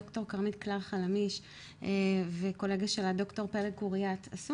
ד"ר כרמית חלמיש וקולגה שלה ד"ר פלג קוריאט עשו